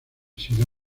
sido